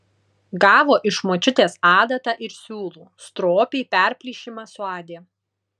gavo iš močiutės adatą ir siūlų stropiai perplyšimą suadė